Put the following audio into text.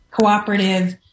cooperative